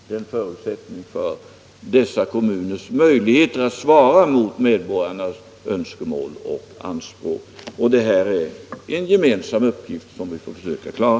Det är en förutsättning för dessa kommuners möjligheter att svara mot medborgarnas önskemål och anspråk, och det är en gemensam uppgift som vi får försöka klara.